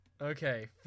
Okay